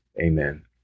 Amen